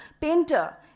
painter